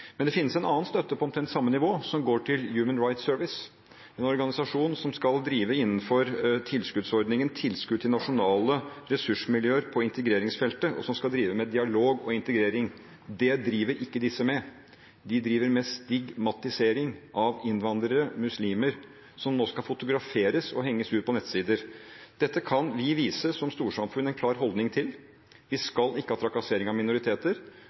Men det finnes en annen støtte, på omtrent samme nivå, som går til Human Rights Service, en organisasjon som skal drive innenfor tilskuddsordningen Tilskudd til nasjonale ressursmiljø på integreringsfeltet, og som skal drive med dialog og integrering. Det driver ikke disse med; de driver med stigmatisering av innvandrere, muslimer, som nå skal fotograferes og henges ut på nettsider. Dette kan vi som storsamfunn vise en klar holdning til. Vi skal ikke ha trakassering av minoriteter,